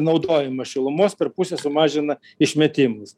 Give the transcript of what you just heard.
naudojimą šilumos per pusę sumažina išmetimus